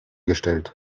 gestellt